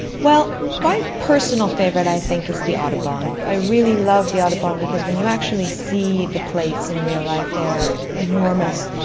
my personal favourite i think is the audubon. i really love the audubon because when you actually see the plates in real life they are enormous,